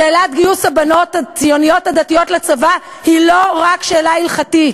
שאלת גיוס הבנות הציוניות-הדתיות לצבא היא לא רק שאלה הלכתית.